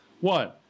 one